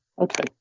okay